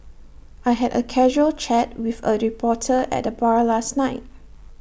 I had A casual chat with A reporter at the bar last night